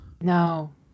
No